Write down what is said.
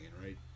right